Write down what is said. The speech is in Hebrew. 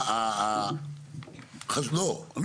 עוד